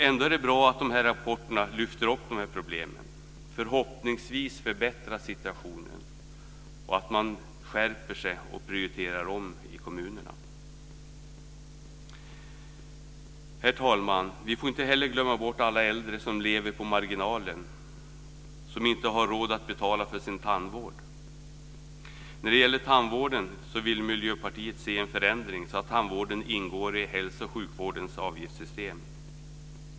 Ändå är det bra att de här rapporterna lyfter upp problemen. Förhoppningsvis förbättras situationen, att kommunerna skärper sig och prioriterar om. Herr talman! Vi får inte heller glömma bort alla äldre som lever på marginalen och som inte har råd att betala för sin tandvård. När det gäller tandvården vill Miljöpartiet se en förändring så att tandvården ingår i hälso och sjukvårdens avgiftssystem.